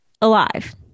alive